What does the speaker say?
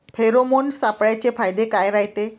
Pheromone सापळ्याचे फायदे काय रायते?